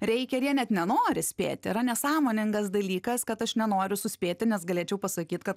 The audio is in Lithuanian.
reikia ir jie net nenori spėti yra nesąmoningas dalykas kad aš nenoriu suspėti nes galėčiau pasakyt kad